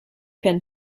pin